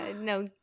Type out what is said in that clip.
No